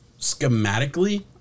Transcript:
schematically